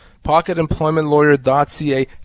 pocketemploymentlawyer.ca